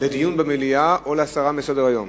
דיון במליאה או הסרה מסדר-היום.